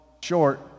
short